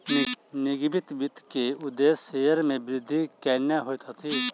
निगमित वित्त के उदेश्य शेयर के वृद्धि केनै होइत अछि